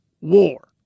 war